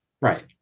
Right